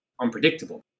unpredictable